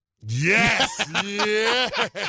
Yes